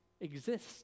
exist